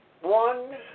One